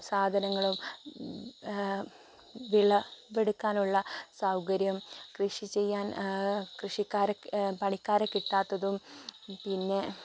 സാധനങ്ങളും വിളവെടുക്കാനുള്ള സൗകര്യം കൃഷിചെയ്യാൻ കൃഷിക്കാരെ പണിക്കാരെ കിട്ടാത്തതും പിന്നെ